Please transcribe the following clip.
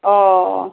অঁ